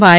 Y